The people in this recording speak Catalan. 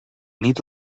nit